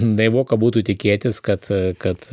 naivoka būtų tikėtis kad kad